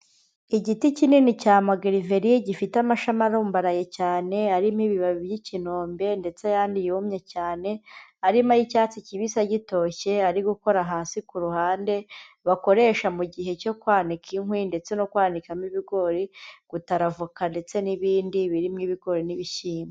Igiti kinini cya magiriveri gifite amashami arumbaraye cyane, arimo ibibabi by'ikinombe ndetse ayandi yumye cyane, arimo ay'icyatsi kibisi agitoshye, ari gukora hasi ku ruhande, bakoresha mu gihe cyo kwanika inkwi ndetse no kwanikamo ibigori, gutara voka ndetse n'ibindi birimo ibigori n'ibishyimbo.